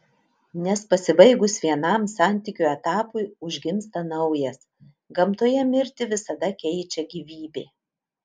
nes pasibaigus vienam santykių etapui užgimsta naujas gamtoje mirtį visada keičia gyvybė